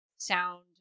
Sound